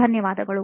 ಧನ್ಯವಾದಗಳು